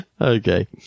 Okay